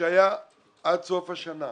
שהיה עד סוף השנה.